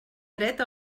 dret